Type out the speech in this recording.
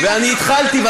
ואני התחלתי,